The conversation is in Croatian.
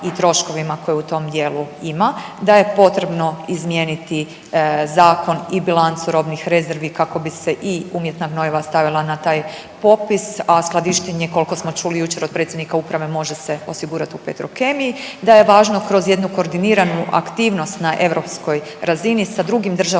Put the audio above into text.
i troškovima koje u tom dijelu ima, da je potrebno izmijeniti zakon i bilancu robnih rezervi kako bi se i umjetna gnojiva stavila na taj popis, a skladištenje koliko smo čuli jučer od predsjednika uprave može se osigurati u Petrokemiji, da je važno kroz jednu koordiniranu aktivnost na europskoj razini sa drugim državama